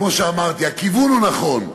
כמו שאמרתי, הכיוון הוא נכון,